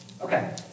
Okay